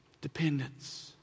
Dependence